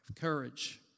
courage